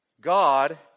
God